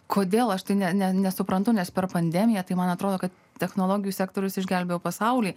kodėl aš tai ne ne nesuprantu nes per pandemiją tai man atrodo kad technologijų sektorius išgelbėjo pasaulį